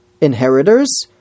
inheritors